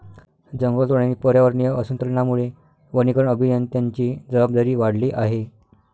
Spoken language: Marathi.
जंगलतोड आणि पर्यावरणीय असंतुलनामुळे वनीकरण अभियंत्यांची जबाबदारी वाढली आहे